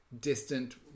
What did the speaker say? distant